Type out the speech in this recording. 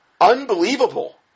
Unbelievable